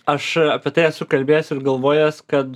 aš apie tai esu kalbėjęs ir galvojęs kad